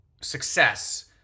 success